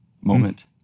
moment